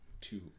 Two